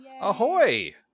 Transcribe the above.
ahoy